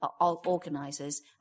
organisers